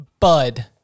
Bud